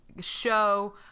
show